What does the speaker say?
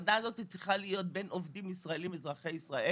מפריע לי שביחסי הכוחות בין מעביד לעובד אין סימטריה.